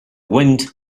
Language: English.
wind